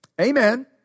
Amen